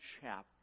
chapter